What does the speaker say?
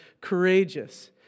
courageous